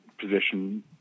position